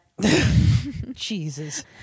Jesus